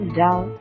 down